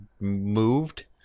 moved